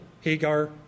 Hagar